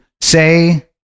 say